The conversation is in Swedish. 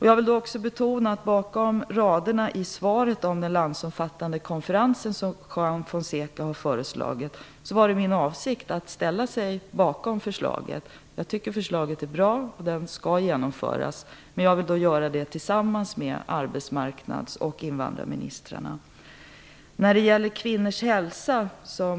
Jag vill också betona att bakom raderna i svaret om den landsomfattande konferensen som Juan Fonseca har föreslagit, är det min avsikt att ställa mig bakom förslaget. Jag tycker förslaget är bra, och den skall genomföras. Men jag vill göra det tillsammans med arbetsmarknads och invandrarministrarna. Juan Fonseca berörde kvinnors hälsa.